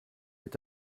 est